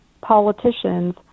politicians